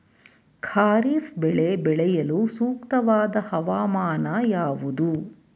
ಖಾರಿಫ್ ಬೆಳೆ ಬೆಳೆಯಲು ಸೂಕ್ತವಾದ ಹವಾಮಾನ ಯಾವುದು?